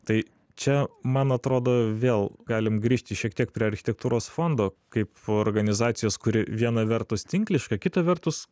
tai čia man atrodo vėl galim grįžti šiek tiek prie architektūros fondo kaip organizacijos kuri viena vertus tinkliška kita vertus